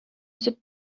өзеп